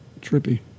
Trippy